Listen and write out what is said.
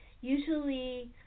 usually